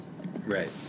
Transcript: Right